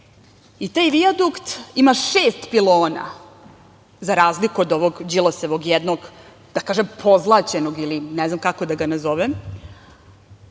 taj vijadukt ima šest pilona za razliku od ovog Đilasovog jednog, da kažem pozlaćenog, ili ne znam kako da ga nazovem